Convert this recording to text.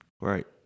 Right